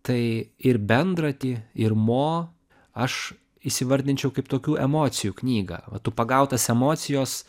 tai ir bendratį ir mo aš įsivardinčiau kaip tokių emocijų knygą va tu pagautas emocijos